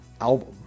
album